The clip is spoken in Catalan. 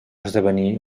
esdevenir